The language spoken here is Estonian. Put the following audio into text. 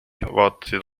vaatasid